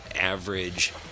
average